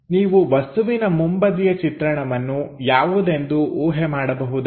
ನೀವು ವಸ್ತುವಿನ ಮುಂಬದಿಯ ಚಿತ್ರಣವನ್ನು ಯಾವುದೆಂದು ಊಹೆ ಮಾಡಬಹುದೇ